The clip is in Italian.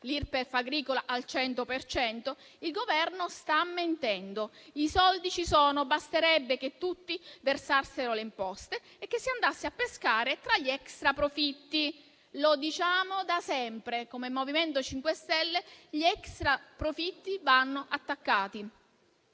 l'Irpef agricola al 100 per cento, il Governo sta mentendo; i soldi ci sono, basterebbe che tutti versassero le imposte e si andasse a pescare tra gli extraprofitti. Lo diciamo da sempre, come MoVimento 5 Stelle: gli extraprofitti vanno attaccati.